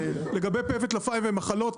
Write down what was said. לגבי פה וטלפיים ומחלות,